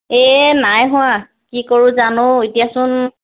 এ নাই হোৱা কি কৰোঁ জানো এতিয়াচোন